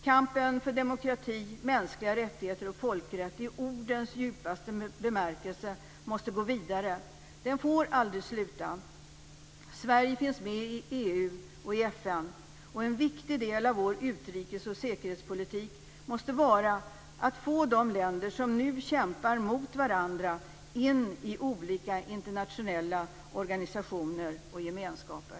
Kampen för demokrati, mänskliga rättigheter och folkrätt i ordens djupaste bemärkelse måste gå vidare. Den får aldrig sluta. Sverige finns med i EU och FN. En viktig del av vår utrikes och säkerhetspolitik måste vara att få de länder som nu kämpar mot varandra in i olika internationella organisationer och gemenskaper.